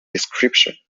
description